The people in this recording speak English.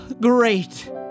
great